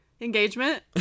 engagement